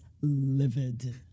livid